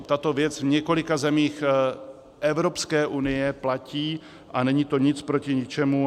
Tato věc v několika zemích Evropské unie platí a není to nic proti ničemu.